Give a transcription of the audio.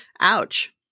Ouch